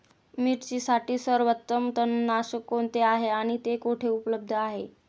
मिरचीसाठी सर्वोत्तम तणनाशक कोणते आहे आणि ते कुठे उपलब्ध आहे?